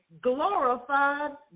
glorified